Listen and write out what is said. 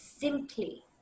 simply